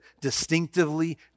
distinctively